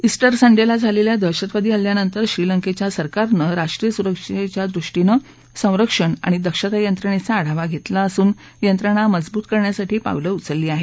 ईस उ संडेला झालेल्या दहशतवादी हल्ल्यानंतर श्रीलंकेच्या सरकारनं राष्ट्रीय सुरक्षेच्या दृष्टीनं संरक्षण आणि दक्षता यंत्रणेचा आढावा घेतला असून यंत्रणा मजबूत करण्यासाठी पावलं उचलली आहेत